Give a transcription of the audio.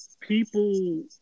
people